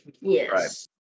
Yes